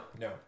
No